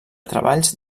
treballs